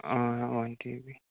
آ one T B